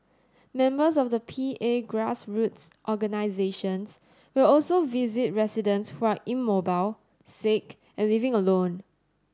members of the P A grassroots organisations will also visit residents who are immobile sick and living alone